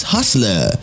Hustler